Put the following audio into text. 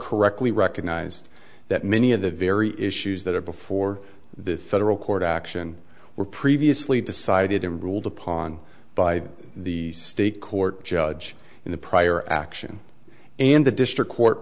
correctly recognized that many of the very issues that are before the federal court action were previously decided ruled upon by the state court judge in the prior action and the district court